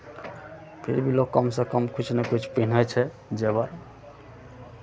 फिर भी लोक कमसँ कम किछु ने किछु पिन्है छै जेवर